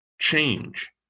change